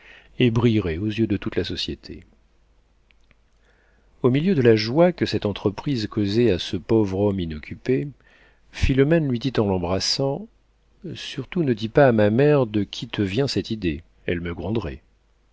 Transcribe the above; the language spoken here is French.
et brilleraient aux yeux de toute la société au milieu de la joie que cette entreprise causait à ce pauvre homme inoccupé philomène lui dit en l'embrassant surtout ne dis pas à ma mère de qui te vient cette idée elle me gronderait